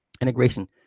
Integration